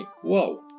Whoa